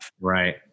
Right